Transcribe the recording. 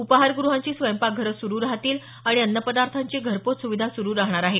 उपाहारगृहांची स्वयंपाकघरं सुरू राहतील आणि अन्नपदार्थांची घरपोच सुविधा सुरु राहणार आहे